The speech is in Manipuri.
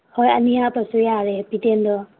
ꯍꯣꯏ ꯑꯅꯤ ꯍꯥꯞꯄꯁꯨ ꯌꯥꯔꯦ ꯍꯦꯞꯄꯤꯗꯦꯟꯗꯣ